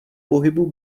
pohybu